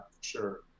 sure